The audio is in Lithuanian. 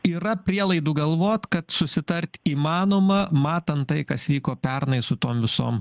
yra prielaidų galvot kad susitart įmanoma matant tai kas vyko pernai su tom visom